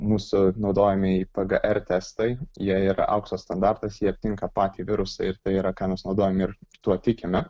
mūsų naudojamieji pgr testai jie yra aukso standartas jie aptinka patį virusą ir tai yra ką mes naudojam ir tuo tikime